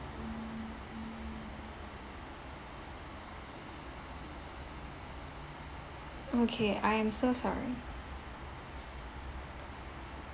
okay I'm so sorry